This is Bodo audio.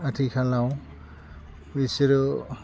आथिखालाव बैसोरो